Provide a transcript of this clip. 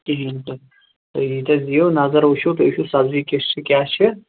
کِہیٖنٛۍ تہٕ تُہی ییٚتہٕ نَس دِیو نَظر وُچھو تُہی وُچھو سبزی کِژھ چھِ کیٛاہ چھِ